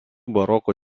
baroko